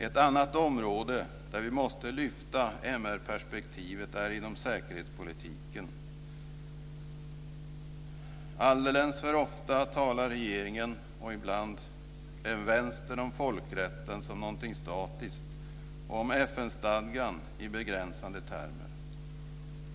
Ett annat område där vi måste lyfta MR perspektivet är säkerhetspolitiken. Alltför ofta talar regeringen, och ibland även vänstern, om folkrätten som något statiskt och om FN-stadgan i begränsande termer.